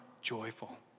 joyful